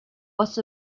was